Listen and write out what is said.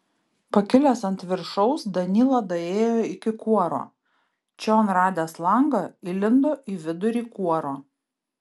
pakilęs ant viršaus danyla daėjo iki kuoro čion radęs langą įlindo į vidurį kuoro